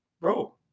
Bro